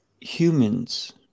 humans